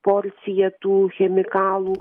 porcija tų chemikalų